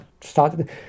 started